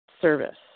service